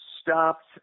stopped